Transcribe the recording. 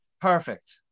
Perfect